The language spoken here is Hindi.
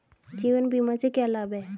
जीवन बीमा से क्या लाभ हैं?